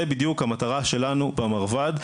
זה בדיוק המטרה שלנו במרב"ד,